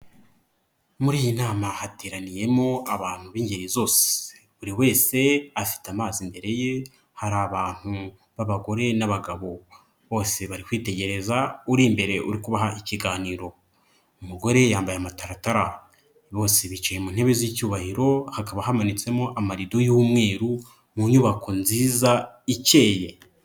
Muri iyi nama hateraniyemo abantu b'ingeri zose, buri wese afite amazi imbere ye. Hari abantu b'abagore n'abagabo bose bari kwitegereza uri imbere, uri kubaha ikiganiro. Umugore yambaye amataratara bose bicaye mu ntebe z'icyubahiro. Hakaba hamanitsemo amarido y'umweru mu nyubako nziza ikeye.